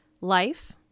life